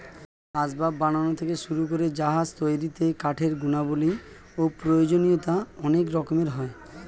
আসবাব বানানো থেকে শুরু করে জাহাজ তৈরিতে কাঠের গুণাবলী ও প্রয়োজনীয়তা অনেক রকমের হয়